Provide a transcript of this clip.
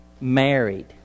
married